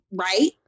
right